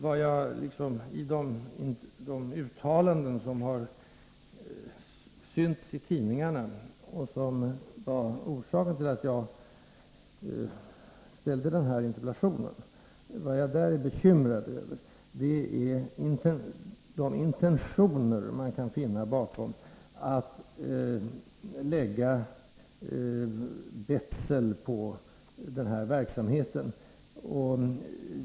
Vad jag är bekymrad över i de uttalanden som har synts i tidningarna — och som var orsaken till att jag ställde interpellationen — är de intentioner som man kan finna bakom önskan att lägga betsel på den här verksamheten.